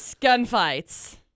gunfights